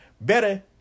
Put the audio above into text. better